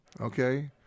okay